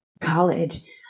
college